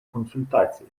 консультації